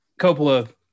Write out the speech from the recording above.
Coppola